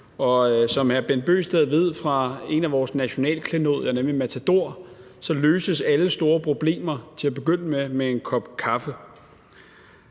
Som hr. Bent Bøgsted ved fra et af vores nationalklenodier, nemlig Matador, løses alle store problemer til at begynde med med en kop kaffe.